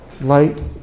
light